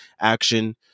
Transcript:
action